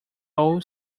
all